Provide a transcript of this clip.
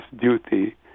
duty